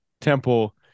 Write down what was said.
temple